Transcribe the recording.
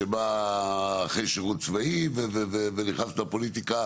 שבא אחרי שירות צבאי ונכנס לפוליטיקה